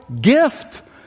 gift